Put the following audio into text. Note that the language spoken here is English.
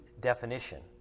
definition